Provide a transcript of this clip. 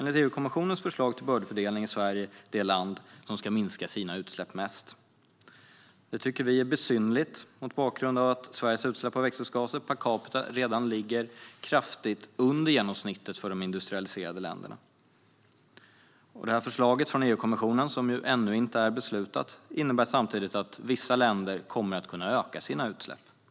Enligt EU-kommissionens förslag till bördefördelning är Sverige det land som ska minska sina utsläpp mest. Detta är besynnerligt mot bakgrund av att Sveriges utsläpp av växthusgaser per capita redan ligger kraftigt under genomsnittet för de industrialiserade länderna. Förslaget från EU-kommissionen, som ännu inte är beslutat, innebär samtidigt att vissa länder kommer att kunna öka sina utsläpp.